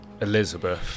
Elizabeth